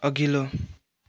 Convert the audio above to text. अघिल्लो